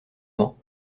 mans